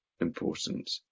important